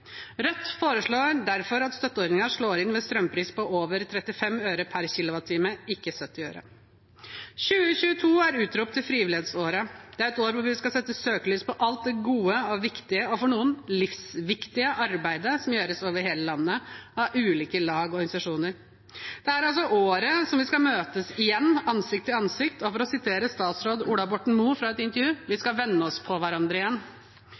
Rødt foreslår derfor at støtteordningen slår inn ved strømpris på over 35 øre per kilowattime, ikke 70 øre. 2022 er utropt til frivillighetsåret. Det er et år hvor vi skal sette søkelys på alt det gode og viktige – og for noen livsviktige – arbeidet som gjøres over hele landet av ulike lag og organisasjoner. Det er altså året hvor vi skal møtes igjen, ansikt til ansikt. For å sitere statsråd Ola Borten Moe fra et intervju: Vi skal venne oss til hverandre igjen.